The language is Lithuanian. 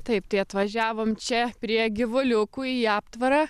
taip tai atvažiavom čia prie gyvuliukų į aptvarą